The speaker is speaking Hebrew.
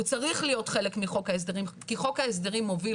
הוא צריך להיות חלק מחוק ההסדרים כי חוק ההסדרים מוביל